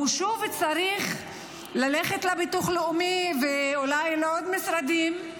הוא שוב צריך ללכת לביטוח הלאומי ואולי לעוד משרדים,